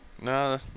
No